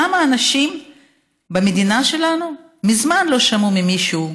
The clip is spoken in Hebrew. כמה אנשים במדינה שלנו מזמן לא שמעו ממישהו,